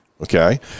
Okay